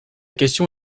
question